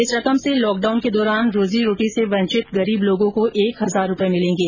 इस रकम से लॉकडाउन के दौरान रोजीरोटी से वंचित गरीब लोगों को एक हजार रूपये मिलेंगे